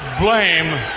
blame